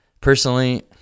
personally